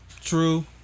True